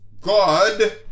God